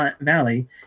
Valley